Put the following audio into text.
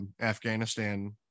afghanistan